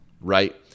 right